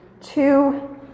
two